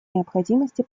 необходимости